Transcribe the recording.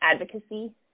advocacy